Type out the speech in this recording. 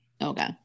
Okay